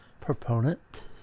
proponent